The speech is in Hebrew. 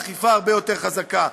עם אכיפה הרבה יותר חזקה.